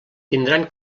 tindran